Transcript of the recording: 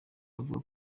bavuga